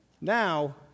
Now